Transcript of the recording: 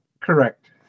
Correct